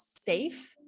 safe